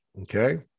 Okay